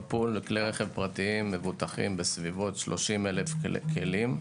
בפול כלי רכב פרטיים מבוטחים בסביבות 30,000 כלים,